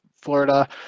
Florida